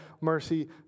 mercy